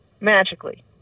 magically